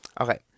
Okay